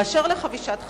באשר לחבישת קסדה,